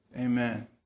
amen